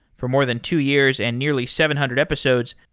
for more than two years and nearly seven hundred episodes,